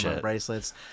bracelets